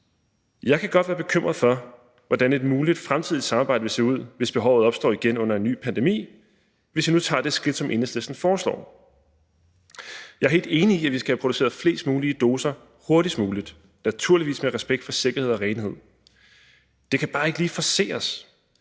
Jeg kan godt være bekymret for, hvordan et muligt fremtidigt samarbejde vil se ud, hvis behovet opstår igen under en ny pandemi, hvis vi nu tager det skridt, som Enhedslisten foreslår. Jeg er helt enig i, at vi skal have produceret flest mulige doser hurtigst muligt og naturligvis med respekt for sikkerhed og renhed, men det kan bare ikke lige forceres.